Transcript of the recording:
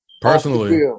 Personally